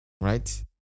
right